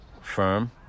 firm